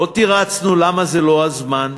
לא תירצנו למה זה לא הזמן,